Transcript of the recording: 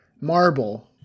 marble